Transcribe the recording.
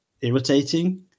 irritating